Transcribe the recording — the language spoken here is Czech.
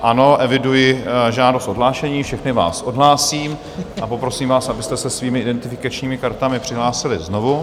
Ano, eviduji žádost o odhlášení, všechny vás odhlásím a poprosím vás, abyste se svými identifikačními kartami přihlásili znovu.